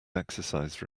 exercise